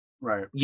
Right